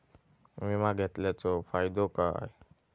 विमा घेतल्याचो फाईदो काय?